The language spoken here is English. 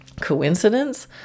Coincidence